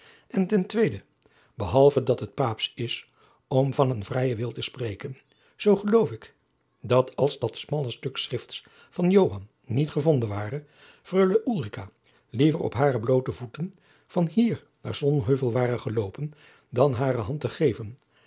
en ten tweede behalve dat het paapsch is om van eenen vrijen wil te praten zoo geloof ik dat als dat smalle stuk schrifts van joan niet gevonden ware freule ulrica liever op hare jacob van lennep de pleegzoon bloote voeten van hier naar sonheuvel ware geloopen dan hare hand te geven